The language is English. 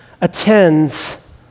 attends